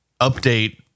update